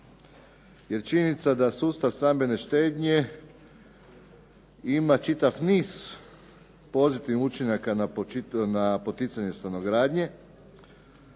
jer činjenica da sustav stambene štednje ima čitav niz pozitivnih učinaka na poticanje stanogradnje,